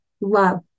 love